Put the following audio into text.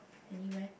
anywhere